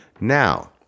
now